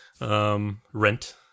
Rent